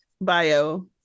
bio-